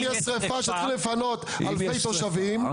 אם יש שריפה שיתחילו לפנות אלפי תושבים,